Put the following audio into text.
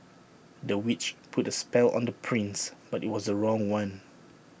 the witch put A spell on the prince but IT was A wrong one